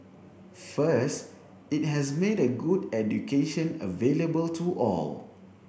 first it has made a good education available to all